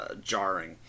jarring